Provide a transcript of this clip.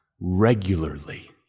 regularly